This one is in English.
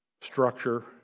structure